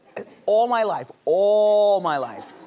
all my life, all my life.